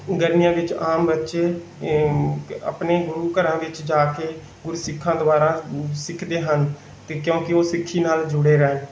ਗਰਮੀਆਂ ਵਿੱਚ ਆਮ ਬੱਚੇ ਆਪਣੇ ਗੁਰੂ ਘਰਾਂ ਵਿੱਚ ਜਾ ਕੇ ਗੁਰਸਿੱਖਾਂ ਦੁਆਰਾ ਸਿੱਖਦੇ ਹਨ ਅਤੇ ਕਿਉਂਕਿ ਉਹ ਸਿੱਖੀ ਨਾਲ ਜੁੜ੍ਹੇ ਰਹਿਣ